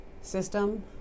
system